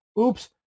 oops